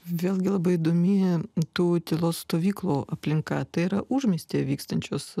vėlgi labai įdomi tų tylos stovyklų aplinka tai yra užmiestyje vykstančios